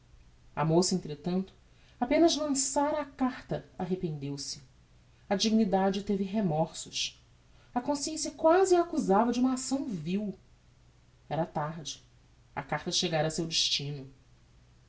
a moça entretanto apenas lançara a carta arrependeu-se a dignidade teve remorsos a consciência quasi a accusava de uma acção vil era tarde a carta chegára a seu destino